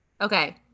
okay